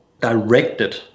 directed